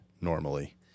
normally